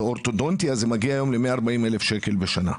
באורתודונטיה זה מגיע ל-140,000 שקל בשנה.